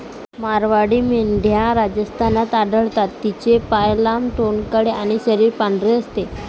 मारवाडी मेंढ्या राजस्थानात आढळतात, तिचे पाय लांब, तोंड काळे आणि शरीर पांढरे असते